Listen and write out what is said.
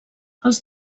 els